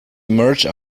emerge